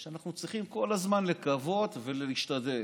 ושאנחנו צריכים כל הזמן לקוות ולהשתדל.